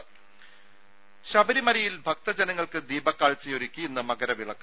ദര ശബരിമലയിൽ ഭക്തജനങ്ങൾക്ക് ദീപകാഴ്ചയൊരുക്കി ഇന്ന് മകര വിളക്ക്